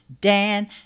Dan